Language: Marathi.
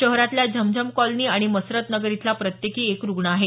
शहरातल्या झमझम कॉलनी आणि मसरत नगर इथला प्रत्येकी एक रुग्ण आहे